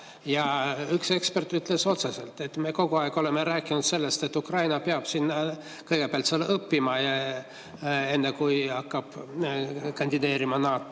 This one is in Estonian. Ja üks ekspert ütles otse, et me kogu aeg oleme rääkinud sellest, et Ukraina peab kõigepealt seal õppima, enne kui hakkab kandideerima NATO